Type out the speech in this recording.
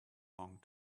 long